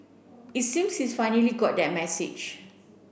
it seems he's finally got that message